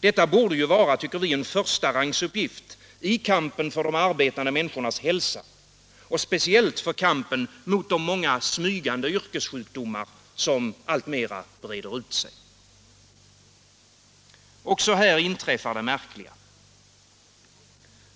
Detta borde, tycker vi, vara en förstarangsuppgift i kampen för de arbetande människornas hälsa, speciellt i kampen mot de många smygande yrkessjukdomar som alltmera breder ut sig. Också här inträffar det märkliga.